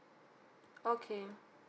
okay